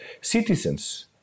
citizens